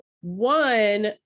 one